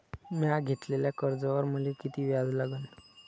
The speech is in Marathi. म्या घेतलेल्या कर्जावर मले किती व्याज लागन?